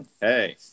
Hey